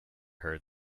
heard